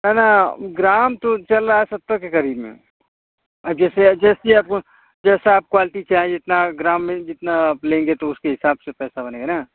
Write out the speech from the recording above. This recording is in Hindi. ना ना ग्राम तो चल रहा है सत्तर के करीब में जैसे जैसी आपको जैसा आप क्वालिटी चाहिए जितना ग्राम में जितना आप लेंगे तो उसके हिसाब से पैसा बनेगा न